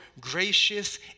gracious